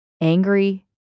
angry